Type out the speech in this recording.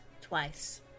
Twice